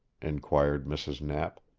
inquired mrs. knapp.